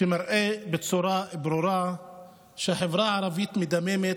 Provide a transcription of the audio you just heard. שמראה בצורה ברורה שהחברה הערבית מדממת,